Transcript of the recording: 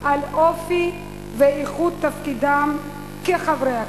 על אופי ואיכות תפקידם כחברי הכנסת,